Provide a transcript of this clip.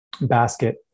basket